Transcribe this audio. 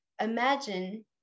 Imagine